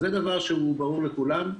וזה דבר שהוא ברור לכולם,